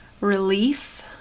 relief